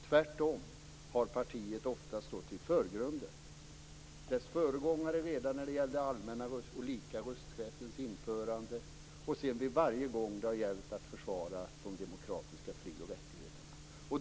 Tvärtom har partiet ofta stått i förgrunden - dess föregångare redan när det gällde den allmänna och lika rösträttens införande och sedan varje gång det gällt att försvara de demokratiska frioch rättigheterna.